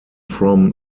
from